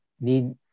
need